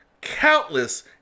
countless